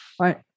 Right